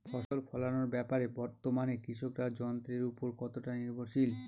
ফসল ফলানোর ব্যাপারে বর্তমানে কৃষকরা যন্ত্রের উপর কতটা নির্ভরশীল?